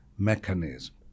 mechanism